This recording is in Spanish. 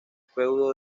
feudo